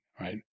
Right